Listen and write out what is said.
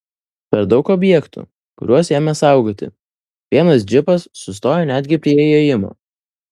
per daug objektų kuriuos ėmė saugoti vienas džipas sustojo netgi prie įėjimo